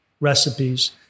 recipes